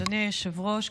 אדוני היושב-ראש,